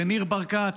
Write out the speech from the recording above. לניר ברקת,